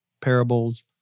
parables